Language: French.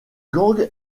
gang